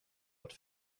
att